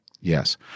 Yes